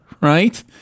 right